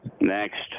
Next